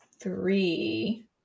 three